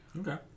Okay